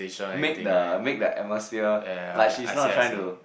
make the make the atmosphere like she's not trying to